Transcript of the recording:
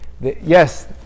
yes